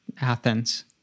Athens